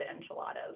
enchiladas